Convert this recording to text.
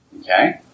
Okay